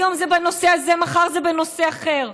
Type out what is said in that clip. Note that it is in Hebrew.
היום זה בנושא הזה, מחר זה בנושא אחר.